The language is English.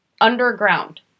Underground